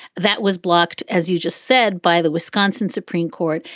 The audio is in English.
that was blocked, as you just said, by the wisconsin supreme court.